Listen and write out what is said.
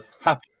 Happy